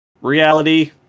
reality